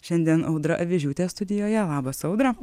šiandien audra avižiūtė studijoje labas audra